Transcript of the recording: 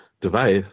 device